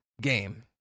game